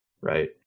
Right